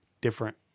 different